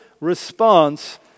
response